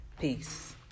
Peace